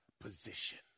position